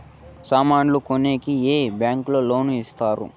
సామాన్లు కొనేకి ఏ బ్యాంకులు లోను ఇస్తారు?